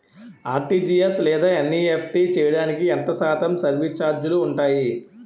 RTGS లేదా NEFT చేయడానికి ఎంత శాతం సర్విస్ ఛార్జీలు ఉంటాయి?